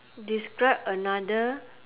describe another